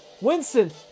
Winston